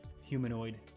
humanoid